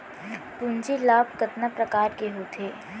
पूंजी लाभ कतना प्रकार के होथे?